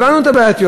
הבנו את הבעייתיות.